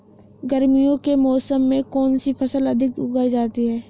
गर्मियों के मौसम में कौन सी फसल अधिक उगाई जाती है?